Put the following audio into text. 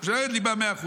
אתה אומר "מה שלא עבר".